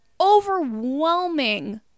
overwhelming